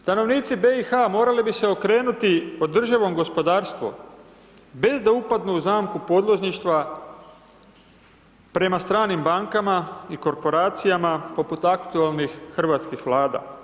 Stanovnici BiH morali bi se okrenuti održivom gospodarstvu bez da upadnu u zamku podložništva prema stranim bankama i korporacijama poput aktualnih hrvatskih vlada.